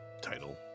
title